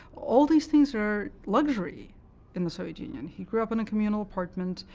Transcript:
all these things are luxury in the soviet union. he grew up in a communal apartment.